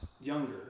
younger